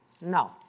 No